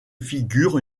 figure